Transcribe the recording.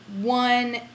one